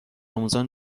آموزان